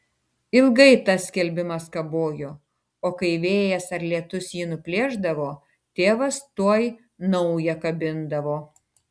ilgai tas skelbimas kabojo o kai vėjas ar lietus jį nuplėšdavo tėvas tuoj naują kabindavo